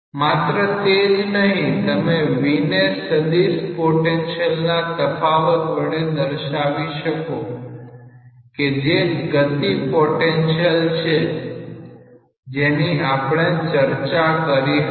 માત્ર તે જ નહીં તમે V ને સદીશ પોટેન્શિયલ ના તફાવત વડે દર્શાવી શકો કે જે ગતિ પોટેન્શિયલ છે જેની આપણે ચર્ચા કરી હતી